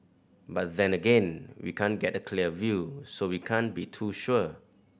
but then again we can't get a clear view so we can't be too sure